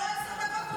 היו לו עשר דקות,